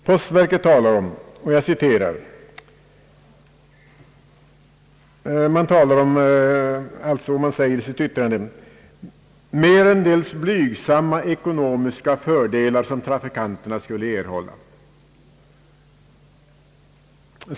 Postverket talar i sitt yttrande bl.a. om »merendels blygsamma ekonomiska fördelar som trafikanterna skulle erhålla».